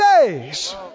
days